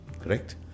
Correct